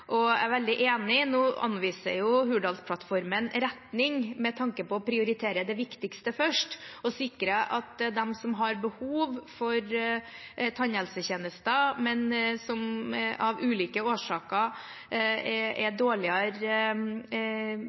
Jeg veldig enig i at Hurdalsplattformen viser retning med tanke på å prioritere det viktigste først, at vi starter med å prioritere dem som har behov for tannhelsetjenester, men som av ulike årsaker er dårligere